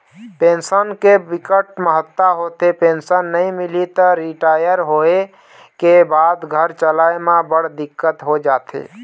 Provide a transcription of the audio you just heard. pension के बिकट महत्ता होथे, पेंसन नइ मिलही त रिटायर होए के बाद घर चलाए म बड़ दिक्कत हो जाथे